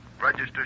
Register